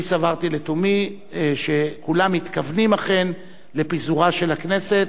אני סברתי לתומי שכולם מתכוונים אכן לפיזורה של הכנסת,